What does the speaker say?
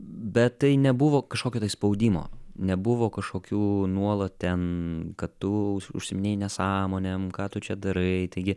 bet tai nebuvo kažkokio tai spaudimo nebuvo kažkokių nuolat ten kad tu užsiiminėji nesąmonėm ką tu čia darai taigi